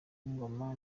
ngoma